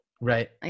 Right